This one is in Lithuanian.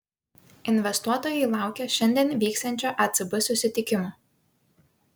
investuotojai laukia šiandien vyksiančio ecb susitikimo